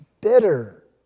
bitter